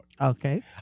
Okay